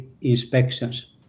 inspections